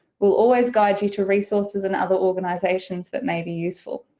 we'll always guide you to resources and other organizations that may be useful.